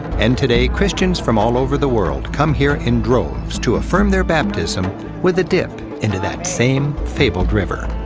and today, christians from all over the world come here in droves to affirm their baptism with a dip into that same fabled river.